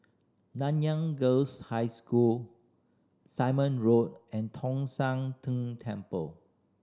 Nanyang Girls' High School Simon Road and Tong Sian Tng Temple